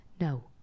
No